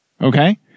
Okay